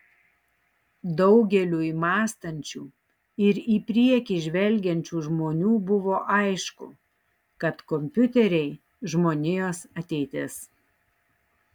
daugeliui mąstančių ir į priekį žvelgiančių žmonių buvo aišku kad kompiuteriai žmonijos ateitis